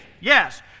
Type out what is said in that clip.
yes